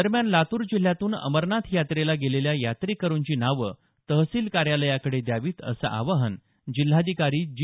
दरम्यान लातूर जिल्ह्यातून अमरनाथ यात्रेला गेलेल्या यात्रेकरूंची नावं तहसील कार्यालयाकडे द्यावीत असं आवाहन जिल्हाधिकारी जी